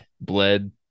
bled